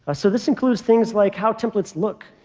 ah so this includes things like how templates look.